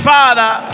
Father